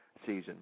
season